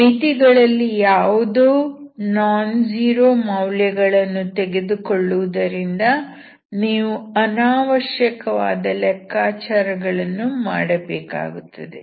ಮಿತಿಗಳಲ್ಲಿ ಯಾವುದೋ non zero ಮೌಲ್ಯಗಳನ್ನು ತೆಗೆದುಕೊಳ್ಳುವುದರಿಂದ ನೀವು ಅನಾವಶ್ಯಕವಾದ ಲೆಕ್ಕಾಚಾರಗಳನ್ನು ಮಾಡಬೇಕಾಗುತ್ತದೆ